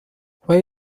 why